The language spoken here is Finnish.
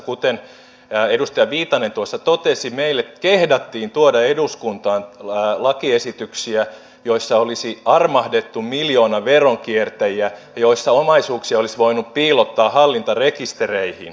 kuten edustaja viitanen tuossa totesi meille kehdattiin tuoda eduskuntaan lakiesityksiä joissa olisi armahdettu miljoonaveron kiertäjiä ja joissa omaisuuksia olisi voinut piilottaa hallintarekistereihin